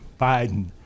Biden